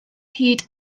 hyd